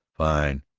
fine!